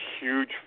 huge